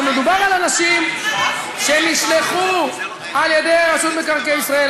אבל מדובר באנשים שנשלחו על-ידי רשות מקרקעי ישראל,